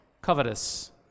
covetous